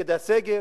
נגד הסגר,